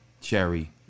cherry